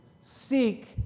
Seek